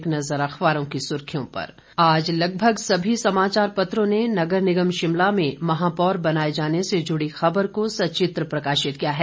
एक नजर अखबारों की सुर्खियों पर आज लगभग सभी समाचार पत्रों ने नगर निगम शिमला में महापौर बनाए जाने से जुड़ी खबर को सचित्र प्रकाशित किया है